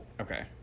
Okay